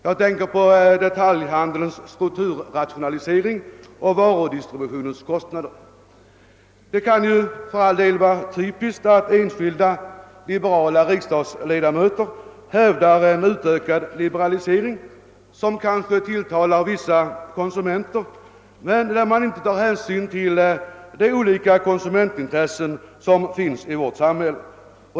Jag tänker på detaljhandelns strukturrationalisering och varudistributionens kostnader. Det kan ju för all del vara typiskt att enskilda liberala riksdagsledamöter hävdar en utökad liberalisering, som kanske tilltalar vissa konsumenter, men inte tar hänsyn till de olika konsumentintressen som finns i vårt samhälle.